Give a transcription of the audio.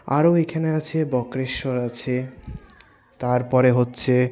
আরও এখানে আছে বক্রেশ্বর আছে তার পরে হচ্ছে